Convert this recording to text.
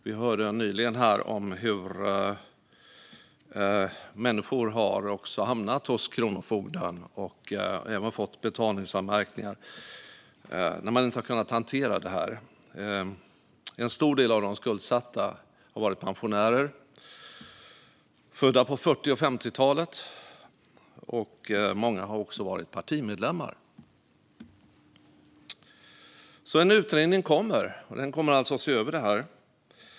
Vi hörde nyligen här att människor har hamnat hos kronofogden och även fått betalningsanmärkningar när de inte har kunnat hantera sitt spelande. En stor del av dem var pensionärer födda på 40 och 50-talen, och många var också partimedlemmar. En utredning kommer alltså att se över detta.